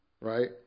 right